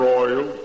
Royal